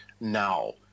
now